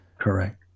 Correct